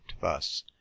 thus